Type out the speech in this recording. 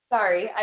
Sorry